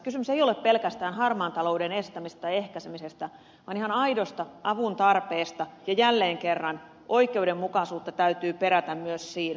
kysymys ei ole pelkästään harmaan talouden estämisestä tai ehkäisemisestä vaan ihan aidosta avun tarpeesta ja jälleen kerran oikeudenmukaisuutta täytyy perätä myös siinä